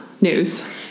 news